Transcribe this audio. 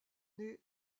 nés